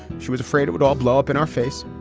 she was afraid it would all blow up in our face.